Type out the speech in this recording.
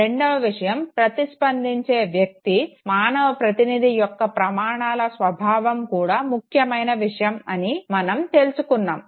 రెండవ విషయం ప్రతిస్పందించే వ్యక్తి మానవ ప్రతినిధి యొక్క ప్రమాణాల స్వభావం కూడా ముఖ్యమైన విషయం అని మనం తెలుసుకున్నాము